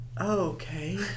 okay